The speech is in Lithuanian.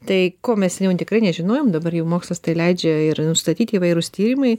tai ko mes tikrai nežinojom dabar jau mokslas tai leidžia ir nustatyti įvairūs tyrimai